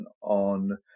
on